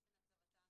אופן הצבתן,